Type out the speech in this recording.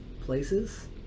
places